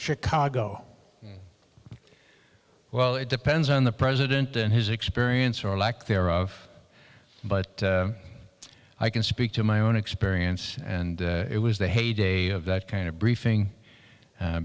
chicago well it depends on the president and his experience or lack thereof but i can speak to my own experience and it was the heyday of that kind of briefing